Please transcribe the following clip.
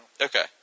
okay